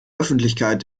öffentlichkeit